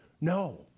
No